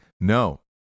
No